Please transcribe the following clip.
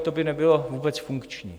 To by nebylo vůbec funkční.